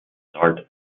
start